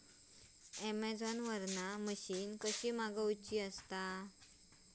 Amazon वरन machine कशी मागवची?